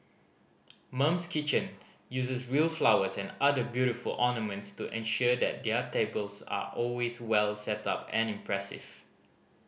Mum's Kitchen uses real flowers and other beautiful ornaments to ensure that their tables are always well setup and impressive